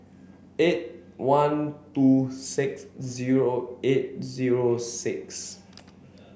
eight one two six zero eight zero six